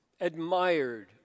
admired